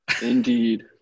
Indeed